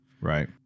Right